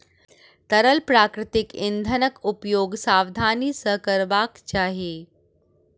तरल प्राकृतिक इंधनक उपयोग सावधानी सॅ करबाक चाही